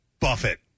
Buffett